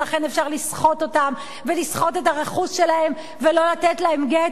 ולכן אפשר לסחוט אותן ולסחוט את הרכוש שלהן ולא לתת להן גט.